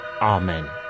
Amen